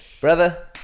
brother